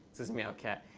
says myaocat.